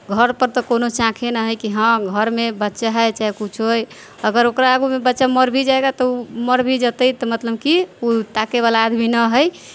घरपर तऽ कोनो चाँइखे नहि हइ कि हँ घरमे बच्चा हइ चाहे किछु हइ अगर ओकरा आगूमे बच्चा मर भी जाएगा तऽ ओ मर भी जेतै तऽ मतलम कि ओ ताकैवला आदमी नहि हइ